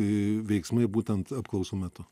veiksmai būtent apklausų metu